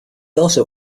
also